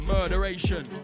Murderation